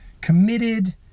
committed